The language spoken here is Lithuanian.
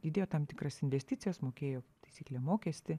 įdėjo tam tikras investicijas mokėjo taisyklė mokestį